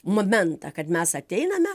momentą kad mes ateiname